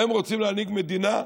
והם רוצים להנהיג מדינה?